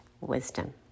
wisdom